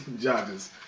judges